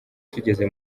tugeze